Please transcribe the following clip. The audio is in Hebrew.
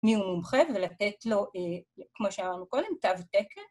מי הוא מומחה ולתת לו, כמו שאמרנו קודם, תו תקן